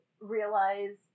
realize